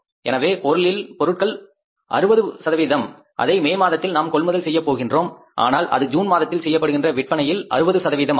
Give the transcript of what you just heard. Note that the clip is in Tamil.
எனவே பொருட்கள் 60 அதை மே மாதத்தில் நாம் கொள்முதல் செய்யப் போகின்றோம் ஆனால் அது ஜூன் மாதத்தில் செய்யப்படுகின்ற விற்பனையில் 60 ஆகும்